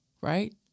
right